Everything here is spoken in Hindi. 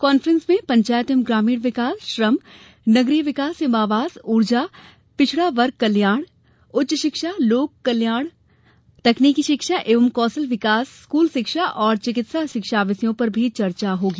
कॉन्फ्रेंस में पंचायत एवं ग्रामीण विकास श्रम नगरीय विकास एवं आवास ऊर्जा पिछड़ा वर्ग कल्याण उच्च शिक्षा लोक स्वास्थ्य परिवार कल्याण तकनीकी शिक्षा एवं कौशल विकास स्कूल शिक्षा और चिकित्सा शिक्षा विषयों पर भी चर्चा होगी